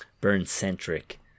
burn-centric